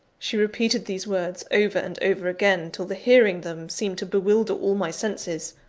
she repeated these words over and over again, till the hearing them seemed to bewilder all my senses.